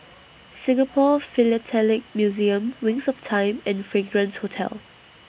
Singapore Philatelic Museum Wings of Time and Fragrance Hotel